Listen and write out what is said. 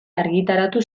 argitaratu